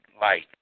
light